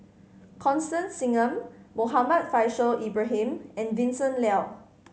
Constance Singam Muhammad Faishal Ibrahim and Vincent Leow